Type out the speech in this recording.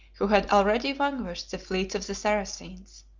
who had already vanquished the fleets of the saracens.